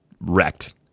wrecked